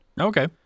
Okay